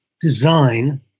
design